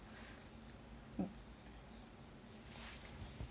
mm